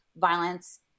violence